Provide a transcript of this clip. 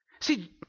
See